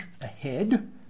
ahead